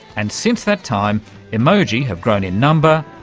and since that time emoji have grown in number,